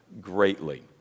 greatly